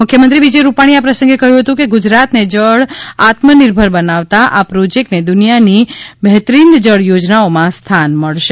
મુખ્યમંત્રી વિજય રૂપાણીએ આ પ્રસંગે કહ્યું હતું કે ગુજરાતને જળ આત્મનિર્ભર બનાવતા આ પ્રોજેકટને દુનિયાની બહતરીન જળ યોજનાઓમાં સ્થાન મળશે